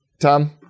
Tom